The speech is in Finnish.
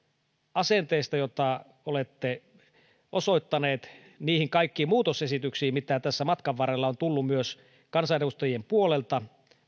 asenteesta jota olette osoittanut kaikkiin niihin muutosesityksiin mitä tässä matkan varrella on tullut myös kansanedustajien puolelta